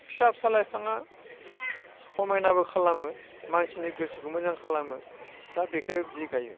फिसा फिसा लाइफाङा समायनाबो खालामो मानसिनि गोसोखौ मोजां खालामो दा बेखौ बिदि गायो